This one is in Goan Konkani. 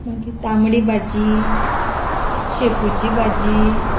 मागीर तांबडी भाजी शेपूची भाजी